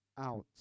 Out